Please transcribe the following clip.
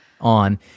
on